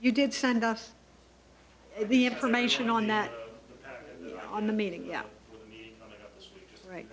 you did send us the information on that on the meeting at the right